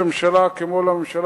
כמו לממשלה כולה,